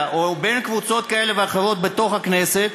או בין קבוצות כאלה ואחרות בתוך הכנסת,